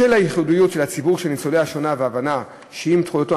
בשל הייחודיות של ציבור ניצולי השואה וההבנה שאם תחולתו,